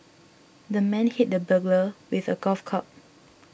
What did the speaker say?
the man hit the burglar with a golf club